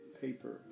paper